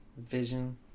Vision